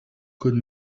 could